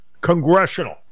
Congressional